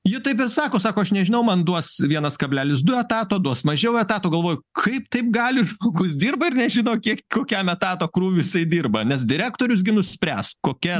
ji taip ir sako sako aš nežinau man duos vienas kablelis du etato duos mažiau etatų galvoju kaip taip gali žmogus dirba ir nežino kiek kokiam etato krūviui jisai dirba nes direktorius gi nuspręs kokia